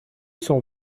cent